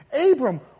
Abram